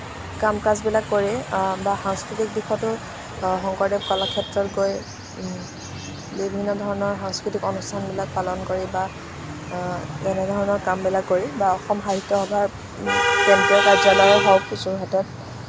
কাম কাজবিলাক কৰে বা সাংস্কৃতিক দিশতো শংকৰদেৱ কলাক্ষেত্ৰত গৈ বিভিন্ন ধৰণৰ সাংস্কৃতিক অনুস্থানবিলাক পালন কৰি বা তেনেধৰণৰ কামবিলাক কৰি বা অসম সাহিত্য সভাৰ যোৰহাটত